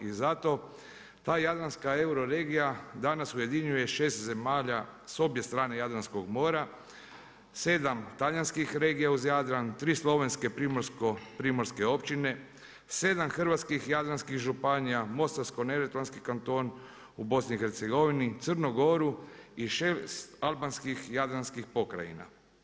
I zato ta Jadranska euroregija danas ujedinjuje 6 zemalja sa obje strane Jadranskog mora, 7 talijanskih regija uz Jadran, 3 slovenske primorske općine, 7 hrvatskih jadranskih županija, mostarsko-neretvanski kanton u BiH, Crnu Goru i 6 albanskih Jadranskih pokrajina.